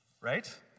right